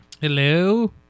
Hello